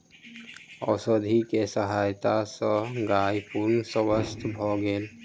औषधि के सहायता सॅ गाय पूर्ण स्वस्थ भ गेल